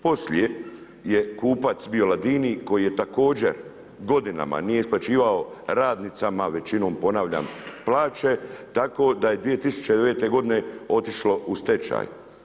Poslije je kupac bio Ladini koji je također godinama nije isplaćivao radnicama većinom ponavljam plaće tako da je 2009. godine otišlo u stečaj.